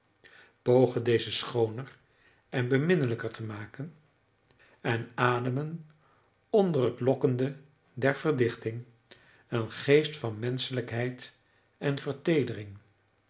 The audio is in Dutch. pogen deze schooner en beminnelijker te maken en ademen onder het lokkende der verdichting een geest van menschelijkheid en